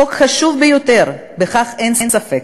חוק חשוב ביותר, בכך אין ספק.